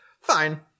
Fine